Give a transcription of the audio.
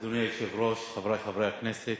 אדוני היושב-ראש, חברי חברי הכנסת,